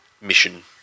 mission